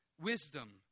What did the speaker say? wisdom